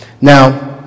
Now